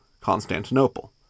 Constantinople